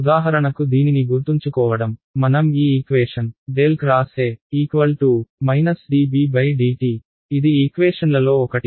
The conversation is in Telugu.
ఉదాహరణకు దీనిని గుర్తుంచుకోవడం మనం ఈ ఈక్వేషన్ ∇ X E dBdt ఇది ఈక్వేషన్లలో ఒకటి